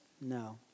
No